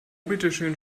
bitteschön